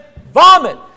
vomit